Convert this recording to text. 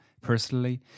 personally